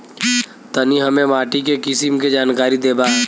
तनि हमें माटी के किसीम के जानकारी देबा?